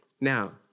Now